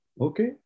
okay